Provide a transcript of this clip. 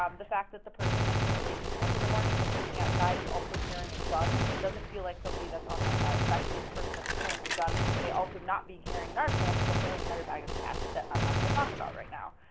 um the fact that the person that's gonna wake me up in the morning if i'm sleeping outside is also carrying a and gun doesn't feel like somebody that's on my side. the fact that this person that's carrying a gun may also not be carrying narcan is a whole entire bag of cats that i'm not gonna talk about right now.